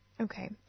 Okay